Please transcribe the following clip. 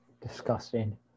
Disgusting